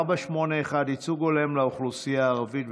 481: ייצוג הולם לאוכלוסייה הערבית.